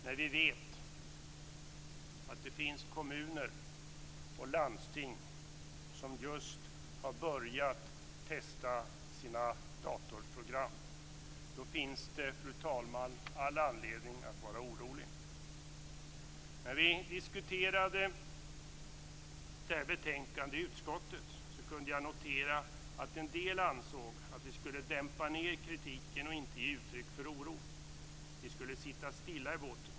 När vi vet att det finns kommuner och landsting som just har börjat att testa sina datorprogram finns det, fru talman, all anledning att vara orolig. När vi diskuterade detta betänkande i utskottet kunde jag notera att en del ansåg att vi skulle dämpa kritiken och inte ge uttryck för oro. Vi skulle sitta stilla i båten.